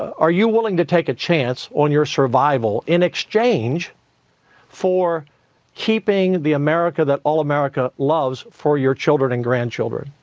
are you willing to take a chance on your survival in exchange for keeping the america that all america loves, for your children and grandchildren?